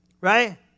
Right